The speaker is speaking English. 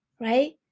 right